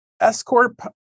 S-corp